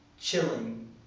chilling